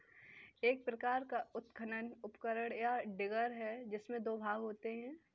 एक प्रकार का उत्खनन उपकरण, या डिगर है, जिसमें दो भाग होते है